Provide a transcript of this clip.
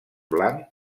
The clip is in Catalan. blanc